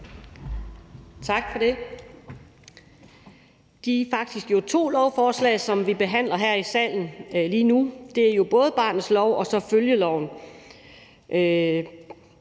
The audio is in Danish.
Tak for det. Det er jo faktisk to lovforslag, som vi behandler her i salen lige nu. Det er jo både barnets lov og så følgelovgivningen.